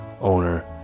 owner